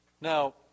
Now